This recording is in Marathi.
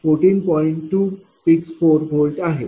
264 V आहे